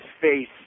face